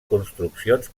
construccions